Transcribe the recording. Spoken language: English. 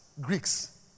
Greeks